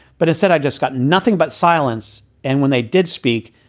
but instead, i just got nothing but silence and when they did speak,